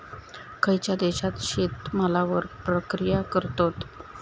खयच्या देशात शेतमालावर प्रक्रिया करतत?